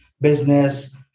business